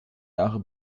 jahre